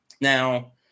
Now